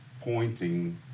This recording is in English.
pointing